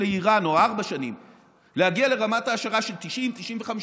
ארבע שנים לאיראן להגיע לרמת העשרה של 90%-95%,